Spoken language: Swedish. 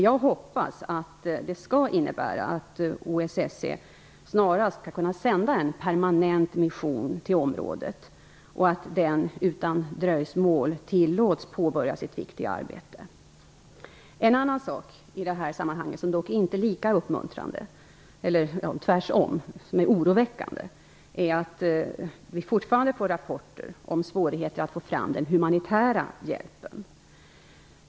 Jag hoppas att det skall innebära att OSSE snarast skall kunna sända en permanent mission till området och att den utan dröjsmål tillåts att påbörja sitt viktiga arbete. En annan sak i det här sammanhanget som är oroväckande är att vi fortfarande får rapporter om svårigheter att få fram den humanitära hjälpen.